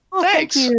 Thanks